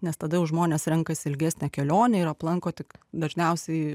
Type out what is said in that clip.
nes tada jau žmonės renkasi ilgesnę kelionę ir aplanko tik dažniausiai